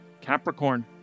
Capricorn